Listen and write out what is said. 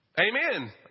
Amen